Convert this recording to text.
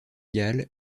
galles